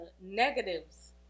negatives